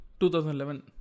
2011